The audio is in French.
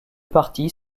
parties